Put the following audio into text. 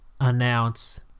announce